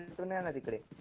genetically